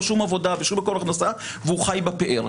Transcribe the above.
שום עבודה ושום מקור הכנסה והוא חי בפאר.